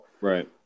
Right